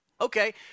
Okay